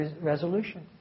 resolution